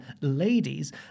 ladies